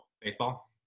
Baseball